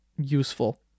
useful